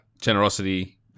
Generosity